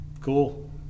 Cool